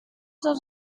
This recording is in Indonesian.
satu